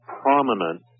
prominent